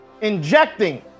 Injecting